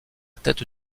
tête